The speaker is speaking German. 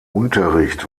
unterricht